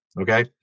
Okay